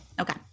okay